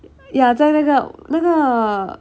ya 在那个那个